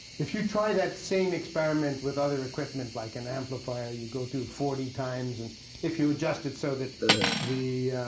if you try that same experiment with other equipment, like an amplifier. you go through forty times. and if you adjust it so that the